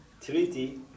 treaty